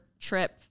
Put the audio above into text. trip